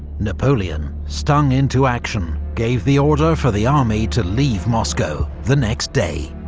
napoleon, stung into action, gave the order for the army to leave moscow the next day.